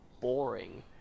boring